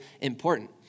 important